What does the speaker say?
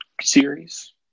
series